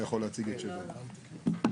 הוא נמצא בין קריית ספר בצפון,